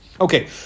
Okay